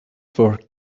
for